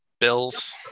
Bills